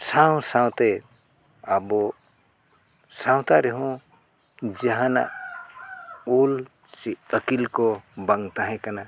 ᱥᱟᱶ ᱥᱟᱶᱛᱮ ᱟᱵᱚ ᱥᱟᱶᱛᱟ ᱨᱮᱦᱚᱸ ᱡᱟᱦᱟᱱᱟᱜ ᱩᱞ ᱥᱮ ᱟᱹᱠᱤᱞ ᱠᱚ ᱵᱟᱝ ᱛᱟᱦᱮᱸ ᱠᱟᱱᱟ